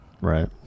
Right